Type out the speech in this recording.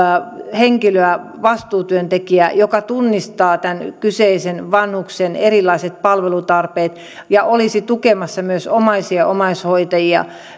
henkilöä vastuutyöntekijää joka tunnistaa tämän kyseisen vanhuksen erilaiset palvelutarpeet ja olisi tukemassa myös omaisia omaishoitajia